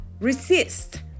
resist